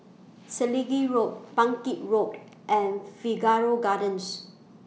Selegie Road Bangkit Road and Figaro Gardens